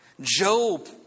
Job